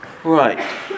right